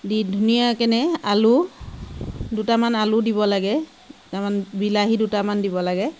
দি ধুনীয়াকেনে আলু দুটামান আলু দিব লাগে তামান বিলাহী দুটামান দিব লাগে